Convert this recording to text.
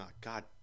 god